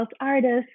artists